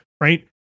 right